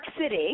City